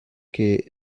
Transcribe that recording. que